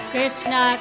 Krishna